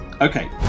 Okay